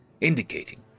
indicating